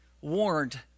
warned